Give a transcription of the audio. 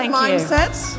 mindsets